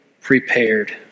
prepared